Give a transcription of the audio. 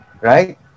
Right